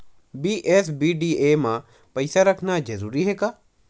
BSBDA मा पईसा रखना जरूरी हे का?